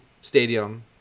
stadium